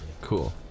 Cool